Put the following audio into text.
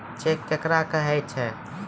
Cheque केकरा कहै छै?